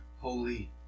holy